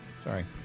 Sorry